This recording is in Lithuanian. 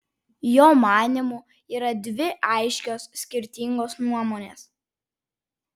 jo manymu yra dvi aiškios skirtingos nuomonės